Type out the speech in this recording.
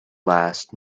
last